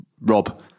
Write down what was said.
Rob